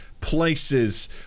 Places